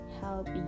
help